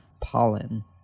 pollen